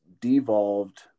devolved